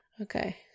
Okay